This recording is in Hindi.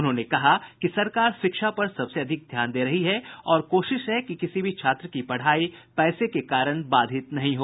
उन्होंने कहा कि सरकार शिक्षा पर सबसे अधिक ध्यान दे रही है और कोशिश है कि किसी भी छात्र की पढ़ाई पैसे के कारण बाधित नहीं हो